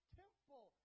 temple